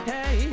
Hey